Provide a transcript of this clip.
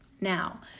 Now